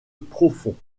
profonds